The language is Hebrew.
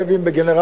לא הבין בגנרלים,